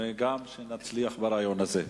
ומקווה שנצליח ברעיון הזה.